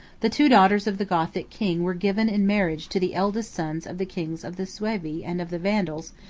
the two daughters of the gothic king were given in marriage to the eldest sons of the kings of the suevi and of the vandals,